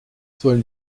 sollen